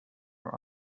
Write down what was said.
are